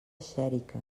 xèrica